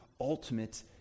ultimate